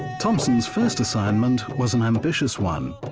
thompson's first assignment was an ambitious one.